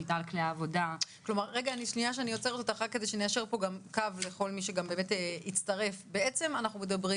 שליט על כלי העבודה --- ניישר פה גם קו לכל מי שהצטרף אנחנו מדברי